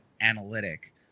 analytic